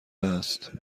است